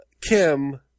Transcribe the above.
Kim